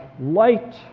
Light